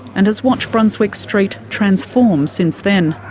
and has watched brunswick street transform since then.